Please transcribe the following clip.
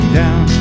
down